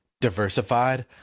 diversified